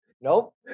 Nope